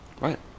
Right